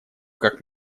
как